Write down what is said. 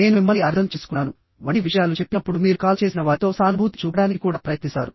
నేను మిమ్మల్ని అర్థం చేసుకున్నాను వంటి విషయాలు చెప్పినప్పుడు మీరు కాల్ చేసిన వారితో సానుభూతి చూపడానికి కూడా ప్రయత్నిస్తారు